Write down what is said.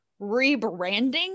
rebranding